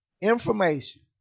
information